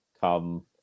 come